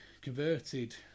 converted